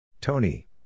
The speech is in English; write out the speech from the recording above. Tony